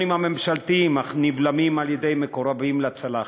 הממשלתיים אך נבלמים על-ידי מקורבים לצלחת.